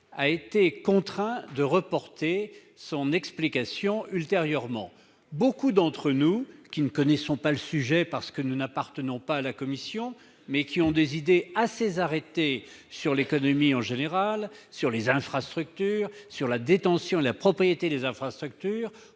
a été contraint de reporter son explication. Beaucoup d'entre nous, qui ne connaissent pas le sujet parce qu'ils n'appartiennent pas à la commission, mais qui ont des idées assez arrêtées sur l'économie en général, sur les infrastructures, sur leur détention et leur propriété, auraient